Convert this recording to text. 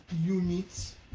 units